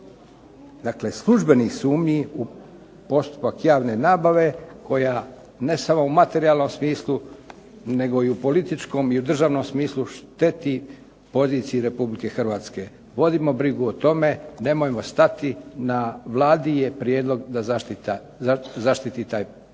dakle službenih sumnji u postupak javne nabave koja ne samo u materijalnom smislu nego i u političkom i u državnom smislu šteti poziciji RH. Vodimo brigu o tome, nemojmo stati. Na Vladi je prijedlog da zaštiti taj postupak